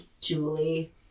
Julie